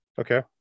Okay